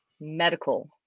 medical